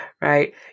right